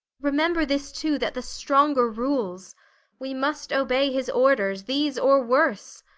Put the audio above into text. remember this too that the stronger rules we must obey his orders, these or worse.